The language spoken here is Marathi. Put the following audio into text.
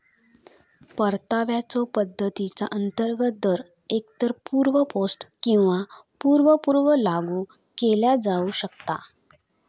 परताव्याच्यो पद्धतीचा अंतर्गत दर एकतर पूर्व पोस्ट किंवा पूर्व पूर्व लागू केला जाऊ शकता